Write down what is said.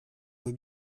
vois